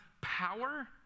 power